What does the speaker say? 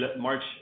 March